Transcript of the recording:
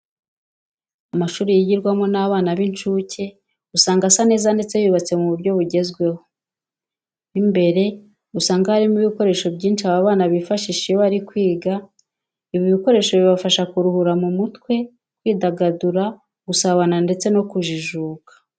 Amashuri yigirwamo n'abana b'incuke usanga asa neza ndetse yubatswe mu buryo bugezweho. Mo imbere usanga harimo ibikoresho byinshi aba bana bifashisha iyo bari kwiga. Ibi bikoresho bibafasha kuruhura mu mutwe, kwidagadura, gusabana ndetse no kujijuka.